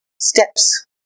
steps